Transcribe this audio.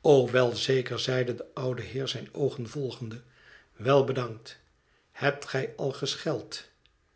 o wel zeker zeide de oude heer zijn oogen volgende wel bedankt hebt gij al gescheld